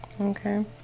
okay